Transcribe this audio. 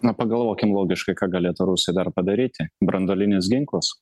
na pagalvokim logiškai ką galėtų rusai dar padaryti branduolinis ginklas